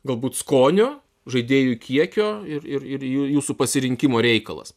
galbūt skonio žaidėjų kiekio ir ir ir ir jūsų pasirinkimo reikalas